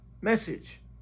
message